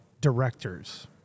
directors